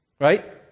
Right